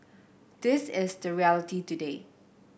this is the reality today